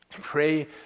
Pray